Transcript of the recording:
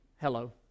hello